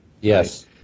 Yes